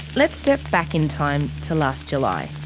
let's step back in time to last july.